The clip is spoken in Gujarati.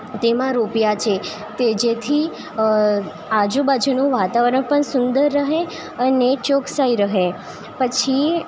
તેમાં રોપ્યાં છે તે જેથી આજુબાજુનું વાતાવરણ પણ સુંદર રહે અને ચોકસાઇ રહે પછી